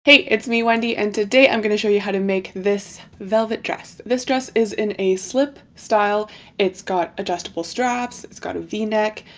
hey, it's me wendy and today. i'm going to show you how to make this velvet dress this dress is in a slip style it's got adjustable straps. it's got a v-neck.